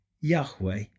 Yahweh